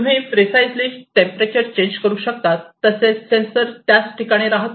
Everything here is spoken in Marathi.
तुम्ही प्रिसाईजलि टेंपरेचर चेंज करू शकता तसेच सेंसर त्याच ठिकाणी राहतो